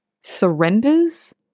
surrenders